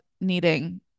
needing